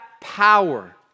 power